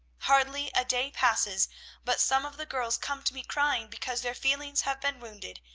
hardly a day passes but some of the girls come to me crying because their feelings have been wounded,